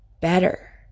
better